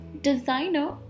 designer